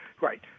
right